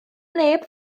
neb